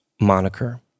moniker